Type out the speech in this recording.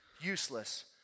useless